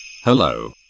hello